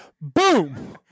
Boom